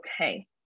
okay